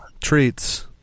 treats